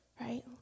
right